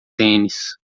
tênis